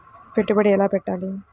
పెట్టుబడి ఎలా పెట్టాలి?